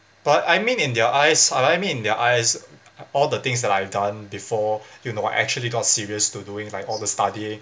but I mean in their eyes I mean in their eyes all the things that I've done before you know I actually got serious to doing like all the study